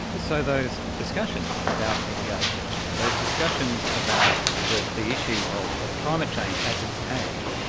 so those discussions about mitigation, those discussions about the the issue of of climate change as it's tagged,